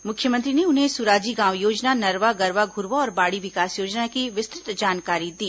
मुख्यमंत्री ने उन्हें सुराजी गांव योजना नरवा गरवा घुरवा और बाड़ी विकास योजना की विस्तृत जानकारी दी